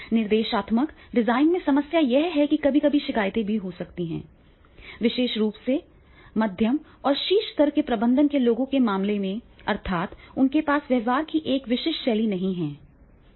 निर्देशात्मक डिजाइन में समस्या यह है कि कभी कभी शिकायतें हो सकती हैं विशेष रूप से मध्यम और शीर्ष स्तर के प्रबंधन के लोगों के मामले में अर्थात उनके पास व्यवहार की एक विशिष्ट शैली नहीं है